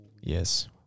Yes